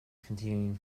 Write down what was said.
continuing